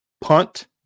punt